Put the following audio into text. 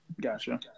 Gotcha